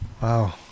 wow